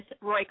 Roy